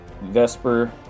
Vesper